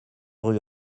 rue